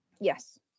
Yes